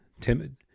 timid